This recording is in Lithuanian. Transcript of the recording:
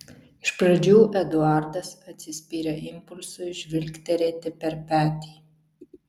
iš pradžių eduardas atsispyrė impulsui žvilgterėti per petį